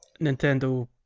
Nintendo